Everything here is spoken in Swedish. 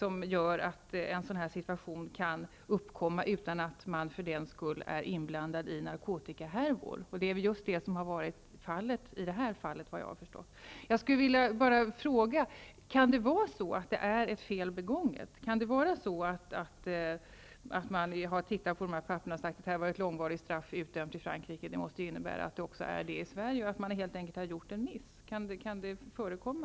En situation av detta slag kan alltså uppkomma utan att man för den skull är inblandad i narkotikahärvor. Så har det varit i det aktuella fallet, vad jag förstår. Jag skulle vilja fråga om det kan vara så att ett fel har blivit begånget. Kan det vara så att man har tittat på papperen och sagt: Ett långvarigt straff har utdömts i Frankrike, och det måste innebära att det också skulle ha blivit så i Sverige. Kan det vara så att man helt enkelt har gjort en miss? Kan sådana förekomma?